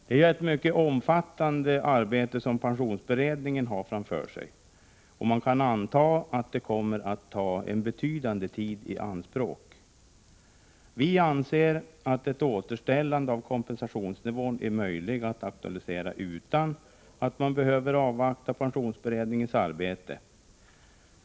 Det är ett mycket omfattande arbete som pensionsberedningen har framför sig, och man kan anta att det kommer att ta en betydande tid i anspråk. Vi anser att ett återställande av kompensationsnivån är möjligt att aktualisera utan att man behöver avvakta pensionsberedningens arbete.